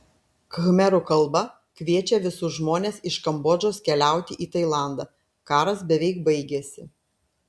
khmerų kalba kviečia visus žmones iš kambodžos keliauti į tailandą karas beveik baigėsi